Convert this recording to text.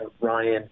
Ryan